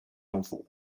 政府